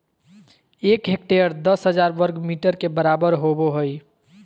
एक हेक्टेयर दस हजार वर्ग मीटर के बराबर होबो हइ